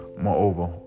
Moreover